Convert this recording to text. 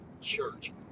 church